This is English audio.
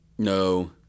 no